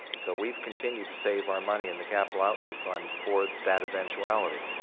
so we've continued to save our money in the capital outlay fund for that eventuality.